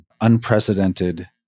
unprecedented